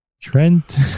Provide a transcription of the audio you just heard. Trent